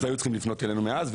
אז היו צריכים לפנות אלינו מאז,